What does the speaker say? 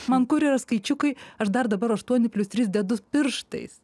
man kur yra skaičiukai aš dar dabar aštuoni plius trys dedu pirštais